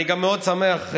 אני גם מאוד שמח,